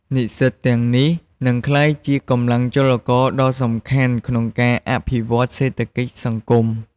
និស្សិតទាំងនេះនឹងក្លាយជា កម្លាំងចលករដ៏សំខាន់ ក្នុងការអភិវឌ្ឍន៍សេដ្ឋកិច្ចសង្គម។